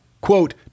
Quote